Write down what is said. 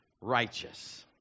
righteous